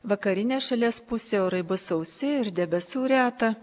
vakarinę šalies pusę orai bus sausi ir debesų reta